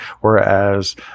whereas